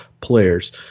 players